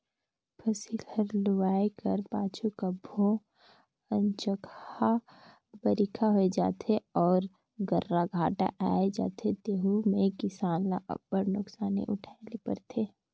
फसिल हर लुवाए कर पाछू कभों अनचकहा बरिखा होए जाथे अउ गर्रा घांटा आए जाथे तेहू में किसान ल अब्बड़ नोसकानी उठाए ले परथे